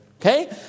Okay